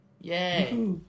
Yay